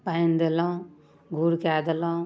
पानि देलहुँ घूर कए देलहुँ